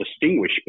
distinguish